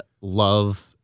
love